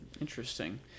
Interesting